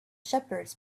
shepherds